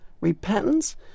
repentance